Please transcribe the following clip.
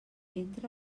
entra